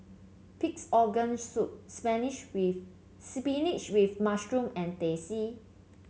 Pig's Organ Soup with spinach with mushroom and Teh C